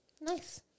nice